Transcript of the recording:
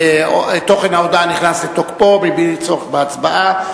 תוכן ההודעה נכנס לתוקפו מבלי צורך בהצבעה,